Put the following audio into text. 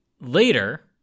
later